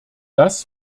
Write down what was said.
das